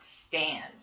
stand